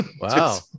Wow